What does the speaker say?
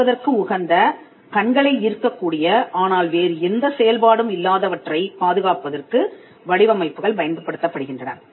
பார்ப்பதற்கு உகந்த கண்களை ஈர்க்கக்கூடிய ஆனால் வேறு எந்த செயல்பாடும் இல்லாதவற்றைப் பாதுகாப்பதற்கு வடிவமைப்புகள் பயன்படுத்தப்படுகின்றன